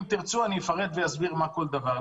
אם תרצו, אפרט ואסביר מה כל דבר.